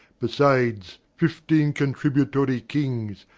besides fifteen contributory kings,